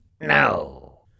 No